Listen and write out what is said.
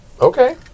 Okay